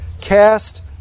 Cast